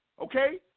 okay